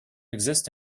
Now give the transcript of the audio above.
exist